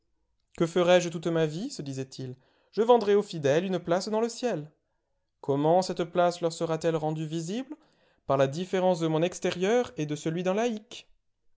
que ferai-je toute ma vie se disait-il je vendrai aux fidèles une place dans le ciel comment cette place leur sera-t-elle rendue visible par la différence de mon extérieur et de celui d'un laïc